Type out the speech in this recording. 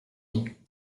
ier